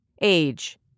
Age